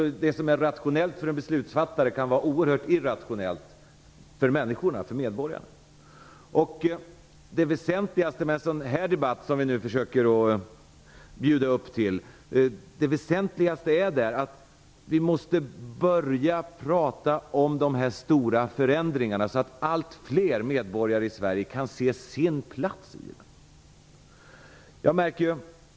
Det som är rationellt för en beslutsfattare kan vara oerhört irrationellt för medborgarna. Det väsentligaste med en sådan debatt som vi nu försöker bjuda upp till är att vi måste börja prata om de stora förändringarna, så att allt fler medborgare i Sverige kan se sin plats i dem.